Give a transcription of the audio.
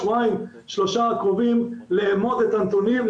שבועיים שלושה הקרובים אנחנו נצטרך לאמוד את הנתונים,